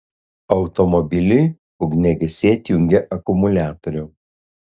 automobiliui ugniagesiai atjungė akumuliatorių